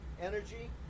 Energy